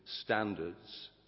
standards